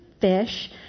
fish